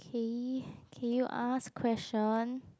Kay i can you ask question